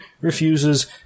refuses